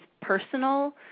personal